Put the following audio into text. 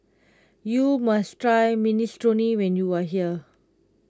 you must try Minestrone when you are here